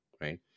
right